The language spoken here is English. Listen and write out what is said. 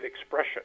expression